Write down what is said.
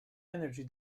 energy